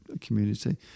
community